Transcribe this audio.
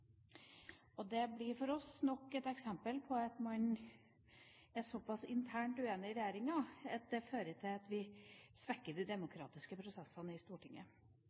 Det blir for oss nok et eksempel på at man er såpass internt uenig i regjeringa at det fører til svekkede demokratiske prosesser i Stortinget.